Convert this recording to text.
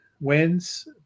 wins